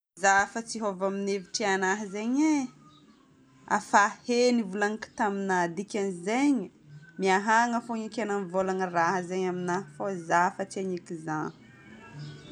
Za efa tsy hiôva amin'ny hevitry anahy zegny e. Afa he nivolagniko taminà. Dikan'izegny, miahanga fôgna eky anà mivôlagna raha zegny aminà fô za efa tsy haneky izagny